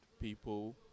people